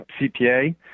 CPA